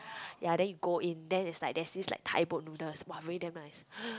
ya then you go in then is like there's this like Thai boat noodles !wah! really damn nice